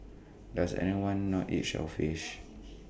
does anyone not eat shellfish